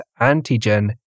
antigen